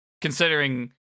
Considering